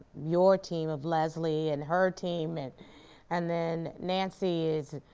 your team of leslie and her team and and then nancy is,